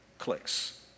clicks